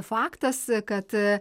faktas kad